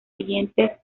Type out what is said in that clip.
siguientes